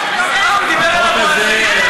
החוק הזה,